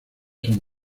son